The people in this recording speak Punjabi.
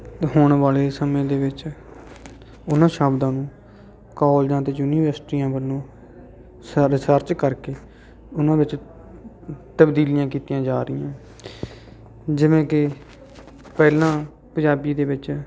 ਅਤੇ ਹੁਣ ਵਾਲੇ ਸਮੇਂ ਦੇ ਵਿੱਚ ਉਹਨਾਂ ਸ਼ਬਦਾਂ ਨੂੰ ਕੋਲਜਾਂ ਅਤੇ ਯੂਨੀਵਰਸਿਟੀਆਂ ਵੱਲੋਂ ਸ ਰਿਸਰਚ ਕਰ ਕੇ ਉਹਨਾਂ ਵਿੱਚ ਤਬਦੀਲੀਆਂ ਕੀਤੀਆਂ ਜਾ ਰਹੀਆਂ ਜਿਵੇਂ ਕਿ ਪਹਿਲਾਂ ਪੰਜਾਬੀ ਦੇ ਵਿੱਚ